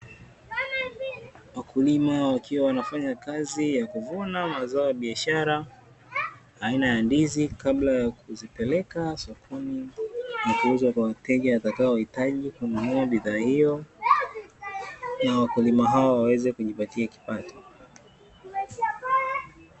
Wakulima wakiwa wanafanya kazi ya kuvuna mazao ya biashara aina ya ndizi kabla ya kuzipeleka sokoni na kuuza kwa wateja watakaohitaji kununua bidhaa hiyo na wakulima hao waweze kujipatia kipato.